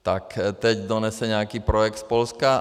Tak teď donese nějaký projekt z Polska.